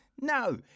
no